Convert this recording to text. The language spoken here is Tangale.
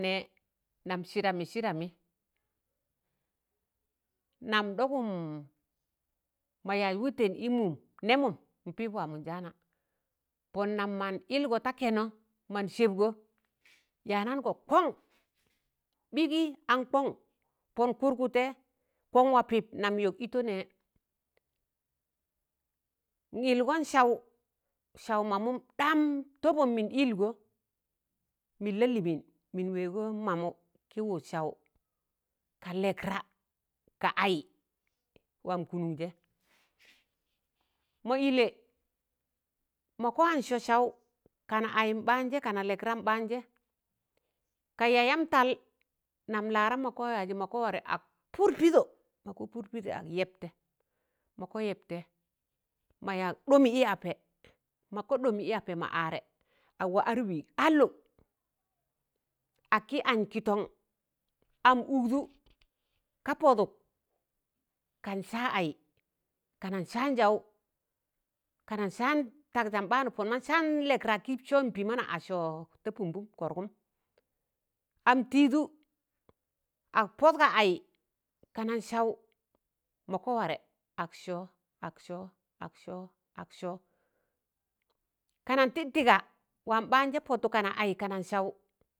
nẹẹ nam sidami, sidami nam ɗọgọm mọ, yaz wụtẹn i mụm nẹ mụm a pip waamọn jaana pọn nam mọn ụgọ ta kẹnọ, mọn sẹbgọ ya nangọ kọn, ɓigi an kọn, pọn kụrgụtẹ kọn wa pip nam yọk itọ nẹ, n'ilgọn saụ, saụ mamụm daam tọbọm min ilgọ min laliimin min wẹgọ mamụ ki wụd saụ, ka lẹkra, ka ai wam kụnụṇ jẹ, mọ ilẹ ma kwan sọọ saụ ka na ayim ɓaanjẹ, kana lẹkram ɓaanjẹ ka yayam tal, nam laram mọ ka yaji, mọ ka warẹ ag pụr pidọ, mụkụ pụr pidọ ag yẹp tẹ, mọka yẹptẹ, ma yak ɗọmi i apẹ, ma kọ ɗọmi i apẹ, mọ aarẹ agwa ar wi allụ, ag ki anj kitọṇ, am ụgdụ, ka pọdụk, kan sa ai, ka nan saanjaụ ka nan saan tagzam ɓaanụ, pọn ma san lẹkra ki sọọ n'pi mana a sọọ ta pụmbụm, kọrgụm, am tụdụ, ag pọd ga ai, kanan saụ, mọ ka warẹ ag sọọ ag sọọ, ag sọọ ag sọọ, kanan tid, tiga wam ɓaan jẹ pọtụ kanan ai, kanan saụ.